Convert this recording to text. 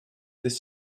this